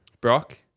Brock